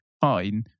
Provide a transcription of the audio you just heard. Fine